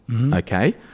Okay